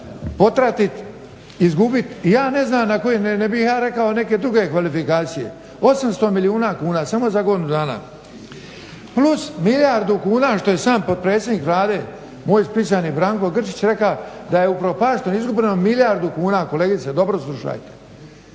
potratit, izgubit ja ne znam na koji, ne bih ja rekao neke druge kvalifikacije, 800 milijuna kuna samo za godinu dana plus milijardu kuna što je sam potpredsjednik Vlade, moj Splićanin Branko Grčić rekao da je upropašteno, izgubljeno milijardu kuna, kolegice dobro slušajte,